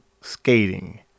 skating